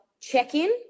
check-in